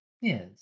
Yes